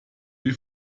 wie